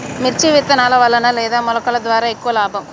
మిర్చి విత్తనాల వలన లేదా మొలకల ద్వారా ఎక్కువ లాభం?